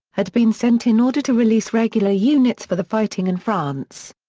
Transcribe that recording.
had been sent in order to release regular units for the fighting in france.